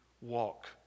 walk